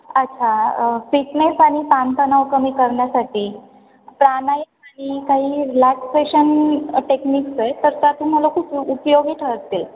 अच्छा फिटनेस आणि ताणतणाव कमी करण्यासाठी प्राणायाम आणि काही रिलॅक्सेशन टेक्निक्स आहे तर त्या तुम्हाला खूप उपयोगी ठरतील